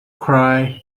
cry